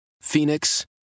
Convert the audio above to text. Phoenix